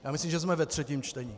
Já myslím, že jsme ve třetím čtení.